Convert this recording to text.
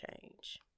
Change